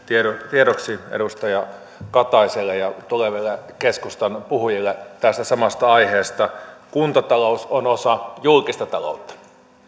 tiedoksi edustaja kataiselle ja tuleville keskustan puhujille tästä samasta aiheesta kuntatalous on osa julkista taloutta